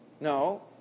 No